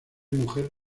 mujer